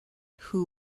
who